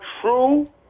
true